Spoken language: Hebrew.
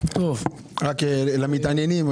רק למתעניינים,